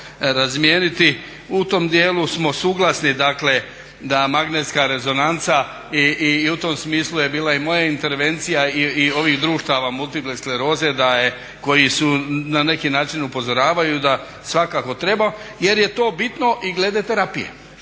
razmijeniti. U tom djelu smo suglasni dakle da magnetska rezonanca i u tom smislu je bila i moja intervencija i ovih društava Multiple skleroze koji su na neki način upozoravaju da svakako treba, jer je to bitno i glede terapije